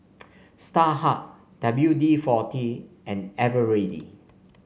Starhub W D forty and Eveready